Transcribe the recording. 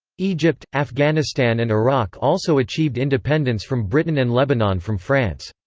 egypt, afghanistan and iraq also achieved independence from britain and lebanon from france.